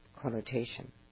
connotation